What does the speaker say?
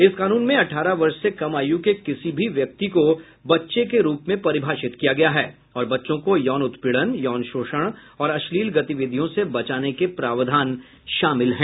इस कानून में अठारह वर्ष से कम आयु के किसी भी व्यक्ति को बच्चे के रूप में परिभाषित किया गया है और बच्चों को यौन उत्पीड़न यौन शोषण और अश्लील गतिविधियों से बचाने के प्रावधान शामिल हैं